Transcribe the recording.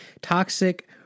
toxic